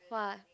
!wah!